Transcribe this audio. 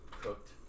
cooked